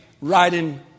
riding